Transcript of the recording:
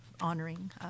honoring